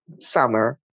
summer